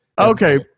Okay